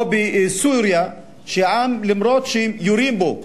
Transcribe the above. או בסוריה, שהעם, אפילו שיורים בו מטנקים,